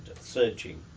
searching